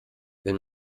wenn